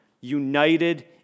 united